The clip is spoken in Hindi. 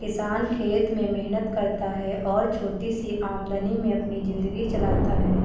किसान खेत में मेहनत करता है और छोटी सी आमदनी में अपनी जिंदगी चलाता है